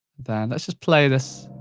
then, let's just play this